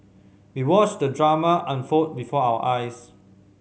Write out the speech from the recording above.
we watched the drama unfold before our eyes